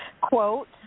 Quote